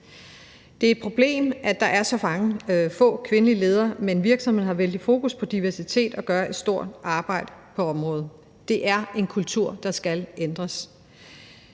Det er et problem, at der er så få kvindelige ledere, men virksomheder har vældig fokus på diversitet og gør et stort arbejde på området. Det er en kultur, der skal ændres.